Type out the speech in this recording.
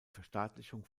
verstaatlichung